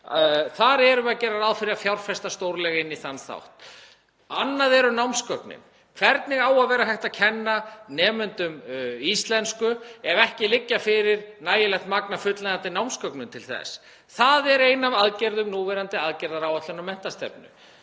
Við gerum ráð fyrir að fjárfesta stórlega í þeim þætti. Annað eru námsgögnin. Hvernig á að vera hægt að kenna nemendum íslensku ef ekki liggur fyrir nægilegt magn af fullnægjandi námsgögnum til þess? Það er ein af aðgerðum núverandi aðgerðaáætlunar menntastefnu.